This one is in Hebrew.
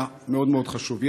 היה מאוד מאוד חשוב.